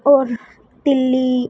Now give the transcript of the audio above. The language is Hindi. और तिल्ली